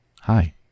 Hi